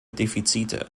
defizite